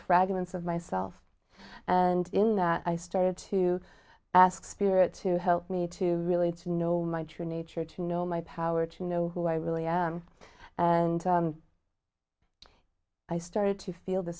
fragments of myself and in that i started to ask spirit to help me to really to know my true nature to know my power to know who i really am and i started to feel the